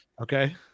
Okay